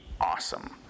awesome